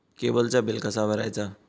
केबलचा बिल कसा भरायचा?